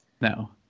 no